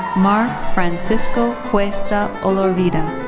mark francisco cuesta olorvida.